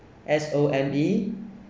S O M E